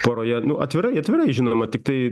poroje nu atvirai atvirai žinoma tiktai